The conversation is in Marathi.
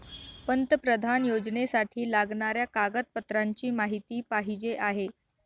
पंतप्रधान योजनेसाठी लागणाऱ्या कागदपत्रांची माहिती पाहिजे आहे